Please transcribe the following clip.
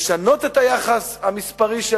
לשנות את היחס המספרי של